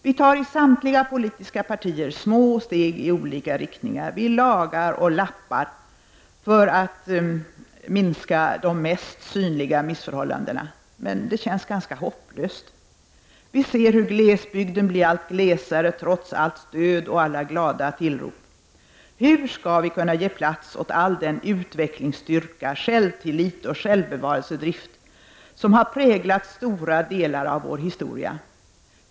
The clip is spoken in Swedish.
Vi tar i samtliga politiska partier små steg i olika riktningar, vi lagar och lappar för att minska de mest synliga missförhållandena, men det känns ganska hopplöst. Vi ser hur glesbygden blir allt glesare trots allt stöd och alla glada tillrop. Hur skall vi kunna ge plats åt all den utvecklingsstyrka, självtillit och självbevarelsedrift, som har präglat stora delar av vår historia?